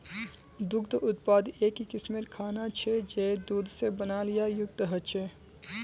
दुग्ध उत्पाद एक किस्मेर खाना छे जये दूध से बनाल या युक्त ह छे